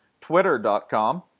Twitter.com